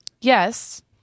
Yes